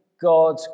God